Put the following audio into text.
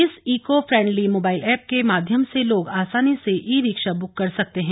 इस eco friendly mobile app के माध्यम से लोग आसानी से ई रिक्शा ब्रक कर सकते हैं